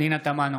פנינה תמנו,